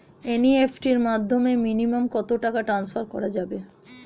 NEFT এর মাধ্যমে minimum কত টাকা টান্সফার করা যাবে?